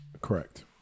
Correct